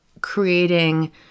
creating